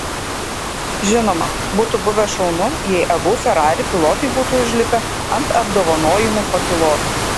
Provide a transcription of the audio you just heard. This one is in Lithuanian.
žinoma būtų buvę šaunu jei abu ferrari pilotai būtų užlipę ant apdovanojimų pakylos